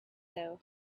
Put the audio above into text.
though